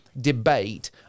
debate